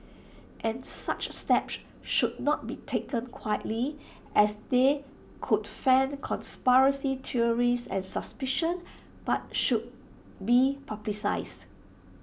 and such steps should not be taken quietly as they could fan conspiracy theories and suspicion but should be publicised